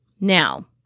Now